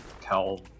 tell